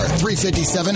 .357